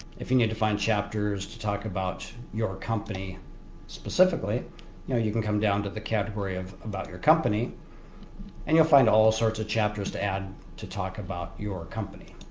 if you need to find chapters to talk about your company specifically you know you can come down to the category of about your company and you'll find all sorts of chapters to add to talk about your company.